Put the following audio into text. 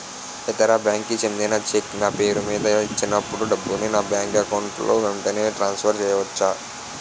ఇతర బ్యాంక్ కి చెందిన చెక్ నా పేరుమీద ఇచ్చినప్పుడు డబ్బుని నా బ్యాంక్ అకౌంట్ లోక్ వెంటనే ట్రాన్సఫర్ చేసుకోవచ్చా?